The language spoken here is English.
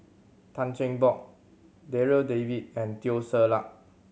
Tan Cheng Bock Darryl David and Teo Ser Luck